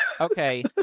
Okay